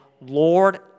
Lord